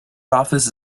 office